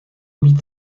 být